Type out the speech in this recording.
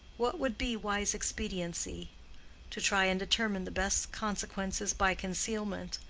what would be wise expediency to try and determine the best consequences by concealment,